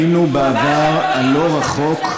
ראינו בעבר הלא-רחוק,